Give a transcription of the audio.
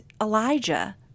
Elijah